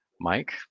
mike